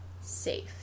safe